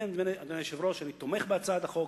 לכן, אדוני היושב-ראש, אני תומך בהצעת החוק.